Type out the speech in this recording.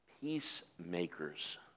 peacemakers